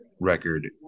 record